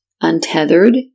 untethered